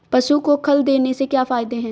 पशु को खल देने से क्या फायदे हैं?